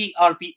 ERP